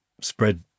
spread